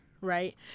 right